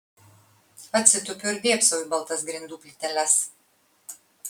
atsitupiu ir dėbsau į baltas grindų plyteles